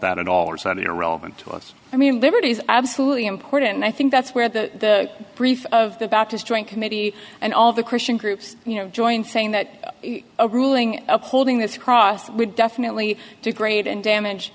that at all or set irrelevant to us i mean liberty is absolutely important and i think that's where the brief of the baptist joint committee and all the christian groups you know joined saying that a ruling upholding this cross would definitely degrade and damage